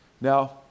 Now